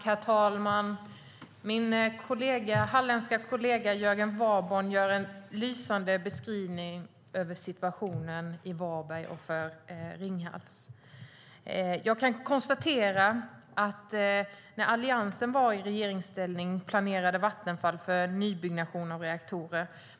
Herr talman! Min halländske kollega Jörgen Warborn gör en lysande beskrivning av situationen i Varberg och för Ringhals. När Alliansen var i regeringsställning planerade Vattenfall för nybyggnation av reaktorer.